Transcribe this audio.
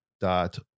dot